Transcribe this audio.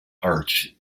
arch